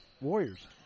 Warriors